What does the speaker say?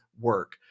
work